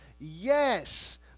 Yes